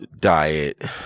diet